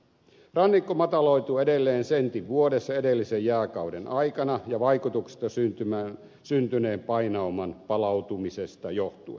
rannikko mataloituu edelleen sentin vuodessa edellisen jääkauden aikana ja vaikutuksesta syntyneen painauman palautumisesta johtuen